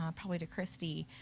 um probably to christie,